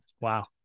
wow